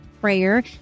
prayer